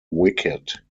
wicket